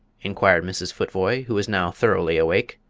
inquired mrs. futvoye, who was now thoroughly awake.